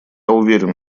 уверен